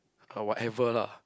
or whatever lah